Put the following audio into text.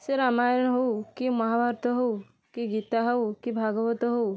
ସେ ରାମାୟଣ ହଉ କି ମହାଭାରତ ହଉ କି ଗୀତା ହଉ କି ଭାଗବତ ହଉ